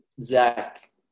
Zach